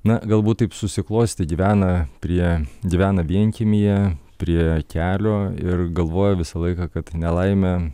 na galbūt taip susiklostė gyvena prie gyvena vienkiemyje prie kelio ir galvoja visą laiką kad nelaimė